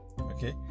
okay